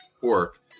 pork